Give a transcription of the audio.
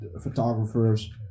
photographers